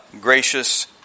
gracious